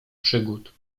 przygód